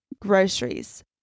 Groceries